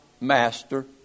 master